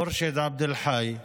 מורשד עבד אל-חי,